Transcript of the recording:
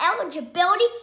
eligibility